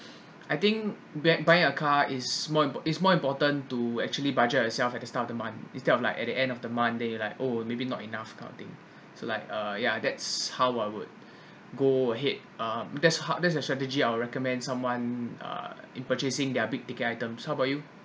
I think bu~ buying a car is more impor~ is more important to actually budget yourself at the start of the month instead of like at the end of the month they like oh maybe not enough kind of thing so like uh ya that's how I would go ahead um that's hard that's the strategy I would recommend someone uh in purchasing their big ticket items how about you